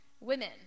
Women